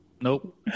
nope